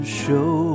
show